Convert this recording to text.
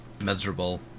Miserable